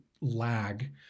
lag